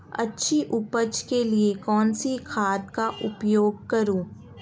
अच्छी उपज के लिए कौनसी खाद का उपयोग करूं?